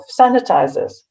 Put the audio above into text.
sanitizers